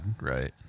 right